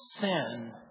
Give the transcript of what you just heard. sin